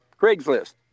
Craigslist